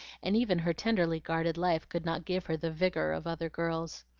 and even her tenderly guarded life could not give her the vigor of other girls.